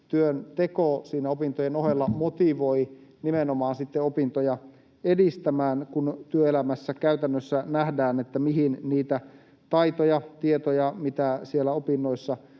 työnteko siinä opintojen ohella motivoi nimenomaan opintoja edistämään, kun työelämässä käytännössä nähdään, mihin niitä taitoja, tietoja, mitä siellä opinnoissa